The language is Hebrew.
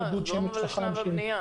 דוד שמש חכם -- אנחנו מדברים על שלב הבנייה,